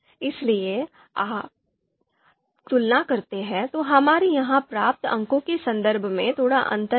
इसलिए यदि आप तुलना करते हैं तो हमारे यहां प्राप्त अंकों के संदर्भ में थोड़ा अंतर है